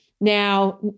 Now